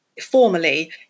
formally